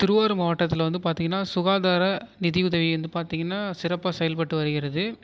திருவாரூர் மாவட்டத்தில் வந்து பார்த்தீங்கன்னா சுகாதார நிதியுதவி வந்து பார்த்தீங்கன்னா சிறப்பாக செயல்பட்டு வருகிறது